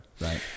Right